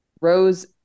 Rose